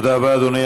תודה רבה, אדוני.